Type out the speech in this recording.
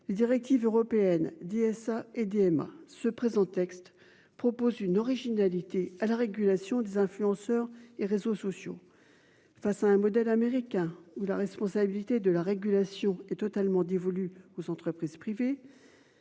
Les directives européennes DSA. Emma se présent texte propose une originalité à la régulation des influenceurs et réseaux sociaux. Face à un modèle américain ou la responsabilité de la régulation est totalement dévolue aux entreprises privées.